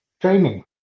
training